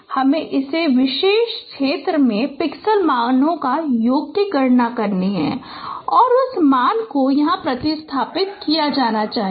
हमें इस विशेष क्षेत्र में पिक्सेल मानों का योग की गणना करनी है और उस मान को यहाँ प्रतिस्थापित किया जाएगा